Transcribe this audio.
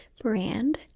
brand